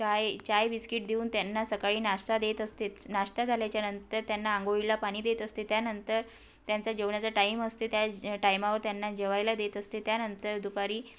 चाय चाय बिस्किट देऊन त्यांना सकाळी नाश्ता देत असते नाश्ता झाल्याच्यानंतर त्यांना आंघोळीला पाणी देत असते त्यानंतर त्यांचा जेवणाचा टाईम असते त्या टायमावर त्यांना जेवायला देत असते त्यानंतर दुपारी